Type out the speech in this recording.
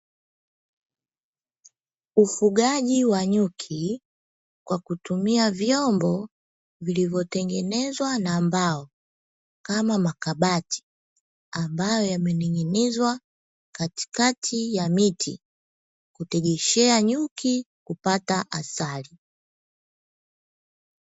Ufugaji wa nyuki kwa kutumia Vyombo vilivyotengenezwa na mbao kama makabati ambayo yamening'inizwa katikati ya miti kutegeshea nyuki kupata asali.